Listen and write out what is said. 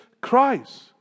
Christ